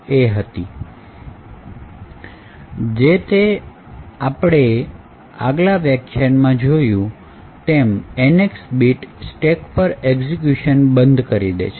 જે તે આપણે આગલા વ્યાખ્યાનમાં જોયું તેમ NX bit સ્ટેક પર એક્ઝિક્યુશન બંધ કરી દે છે